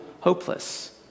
hopeless